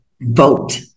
vote